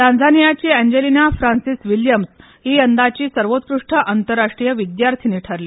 टांझानियाची Angelina Francis Williams ही यंदाची सर्वोत्कृष्ट आंतरराष्ट्रीय विद्यार्थिनी ठरली